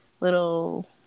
little